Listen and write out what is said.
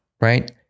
right